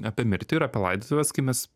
apie mirtį ir apie laidotuves kai mes